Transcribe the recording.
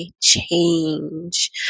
change